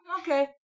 okay